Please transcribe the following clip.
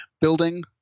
building